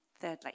Thirdly